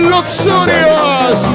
Luxurious